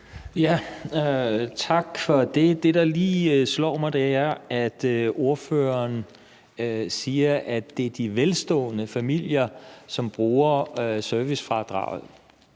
(V): Tak for det. Det, der lige slår mig, er, at ordføreren siger, at det er de velstående familier, som bruger servicefradraget.